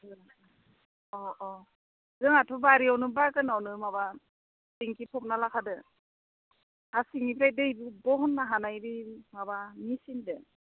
अ अ जोंहाथ' बारियावनो बागानावनो माबा थिंखि फबना लाखादो हा सिंनिफ्राइ दै बहननो हानाय माबा मेचिनदो